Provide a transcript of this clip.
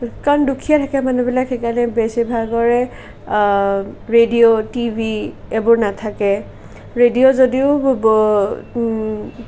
কাৰণ দুখীয়া থাকে মানুহবিলাক সেইকাৰণে বেছিভাগৰে ৰেডিঅ' টিভি এইবোৰ নাথাকে ৰেডিঅ' যদিও ব